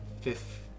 fifth